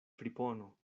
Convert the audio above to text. fripono